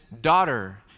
daughter